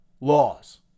laws